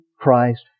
Christ